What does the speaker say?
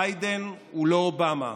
ביידן הוא לא אובמה.